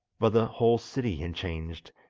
but the whole city had changed,